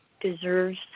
deserves